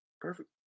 perfect